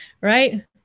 right